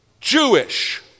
Jewish